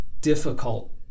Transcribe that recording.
difficult